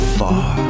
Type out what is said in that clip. far